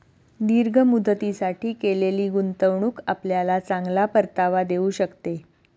दीर्घ मुदतीसाठी केलेली गुंतवणूक आपल्याला चांगला परतावा देऊ शकते